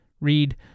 Read